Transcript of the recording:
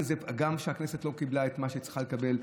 גם כשהכנסת לא קיבלה את מה שהיא צריכה לקבל,